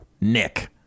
nick